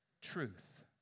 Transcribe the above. Truth